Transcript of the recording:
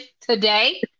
today